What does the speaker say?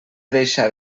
deixar